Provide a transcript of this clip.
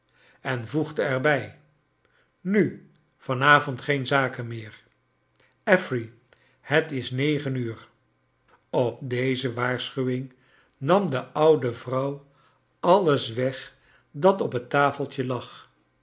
en voegde er bij nu van avond geen zaken meer affery het is negen uur op deze waarschuwing nam de oude vrouw alles weg dat op het tafeltje lag